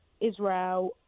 Israel